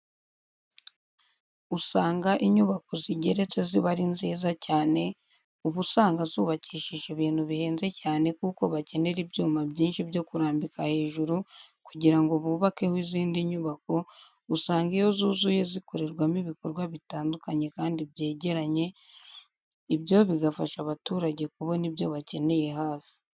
Usanga inyubako zigeretse ziba ari nziza cyane, uba usanga zubakishije ibintu bihenze cyane kuko bakenera ibyuma byinshi byo kurambika hejuru kugira ngo bubakeho izindi nyubako, usanga iyo zuzuye zikorerwamo ibikorwa bitandukanye kandi byegeranye, ibyo bigafasha abaturage kubona ibyo bakeneye hafi.